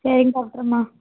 சரிங்க டாக்டரம்மா